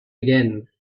again